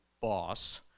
boss